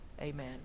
Amen